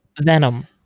Venom